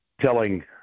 telling